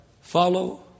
Follow